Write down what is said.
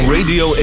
Radio